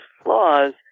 flaws